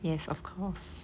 yes of course